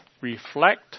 reflect